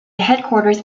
headquarters